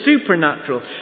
supernatural